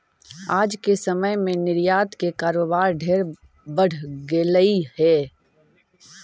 आज के समय में निर्यात के कारोबार ढेर बढ़ गेलई हे